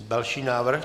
Další návrh?